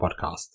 podcast